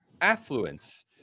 affluence